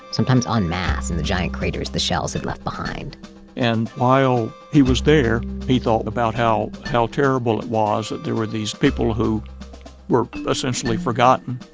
sometimes en masse in the giant craters the shells had left behind and while he was there, he thought about how how terrible it was that there were these people who were essentially forgotten.